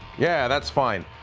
yeah, that's fine.